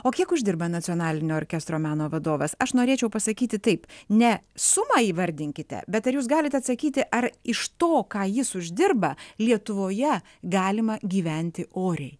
o kiek uždirba nacionalinio orkestro meno vadovas aš norėčiau pasakyti taip ne sumą įvardinkite bet ar jūs galite atsakyti ar iš to ką jis uždirba lietuvoje galima gyventi oriai